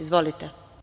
Izvolite.